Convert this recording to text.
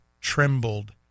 trembled